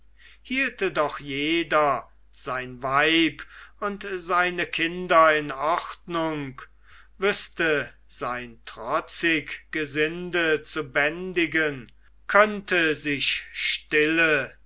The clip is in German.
hielte doch jeder sein weib und seine kinder in ordnung wüßte sein trotzig gesinde zu bändigen könnte sich stille